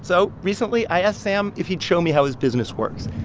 so recently, i asked sam if he'd show me how his business works.